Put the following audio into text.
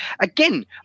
Again